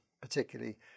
particularly